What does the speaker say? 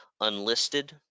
Unlisted